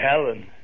Helen